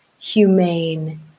humane